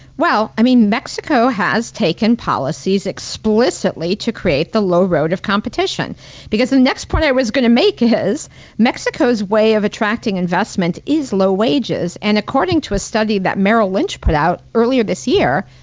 well, i mean mexico has taken policies explicitly to create the low road of competition because the um next part i was going to make is mexico's way of attracting investment is low wages. and according to a study that merrill lynch put out earlier this year,